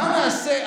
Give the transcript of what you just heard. מה נעשה?